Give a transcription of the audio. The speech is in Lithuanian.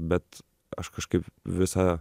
bet aš kažkaip visa